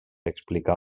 explicar